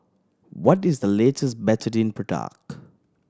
what is the latest Betadine product